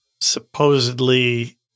supposedly